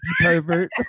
pervert